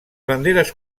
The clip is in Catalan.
banderes